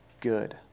Good